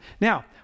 Now